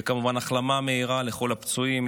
וכמובן, החלמה מהירה לכל הפצועים.